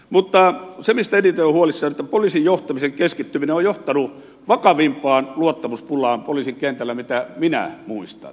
mutta se mistä eniten olen huolissani on se että poliisin johtamisen keskittyminen on johtanut vakavimpaan luottamuspulaan poliisin kentällä mitä minä muistan